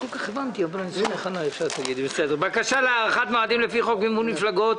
האחרון בסדר-היום: בקשה להארכת מועדים לפי חוק מימון מפלגות,